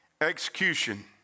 execution